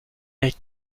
est